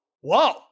whoa